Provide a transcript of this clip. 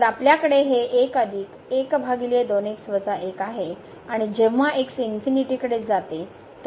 तर आपल्याकडे हे आहे आणि जेव्हा x कडे जाते